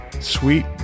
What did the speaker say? Sweet